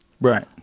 Right